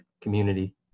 community